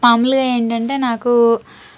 మాములుగా ఏంటంటే నాకు